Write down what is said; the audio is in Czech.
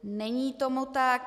Není tomu tak.